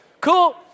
Cool